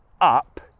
up